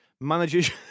managers